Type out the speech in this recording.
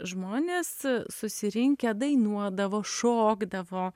žmonės susirinkę dainuodavo šokdavo